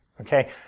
okay